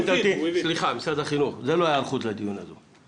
סליחה, משרד החינוך, זה לא היערכות לדיון הזה.